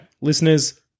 listeners